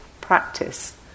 practice